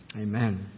Amen